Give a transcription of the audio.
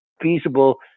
feasible